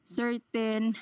certain